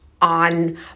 on